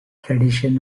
tradition